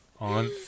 On